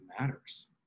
matters